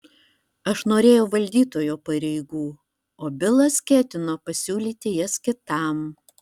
aš norėjau valdytojo pareigų o bilas ketino pasiūlyti jas kitam